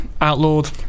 outlawed